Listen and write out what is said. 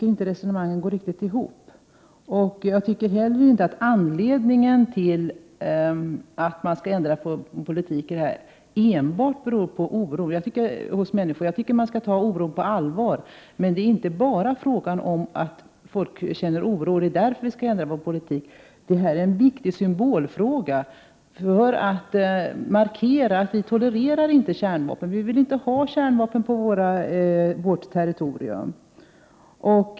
1988/89:123 Jag tycker inte heller att anledningen till att man skall ändra på politiken 29 maj 1989 enbart skall vara oro hos människor. Man skall ta oron på allvar. Det är dock inte bara fråga om att folk känner oro och att vi därför skall ändra vår politik. Det här är en viktig symbolfråga för att markera att vi inte tolererar kärnvapen och att vi inte vill ha kärnvapen på vårt territorium.